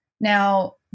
Now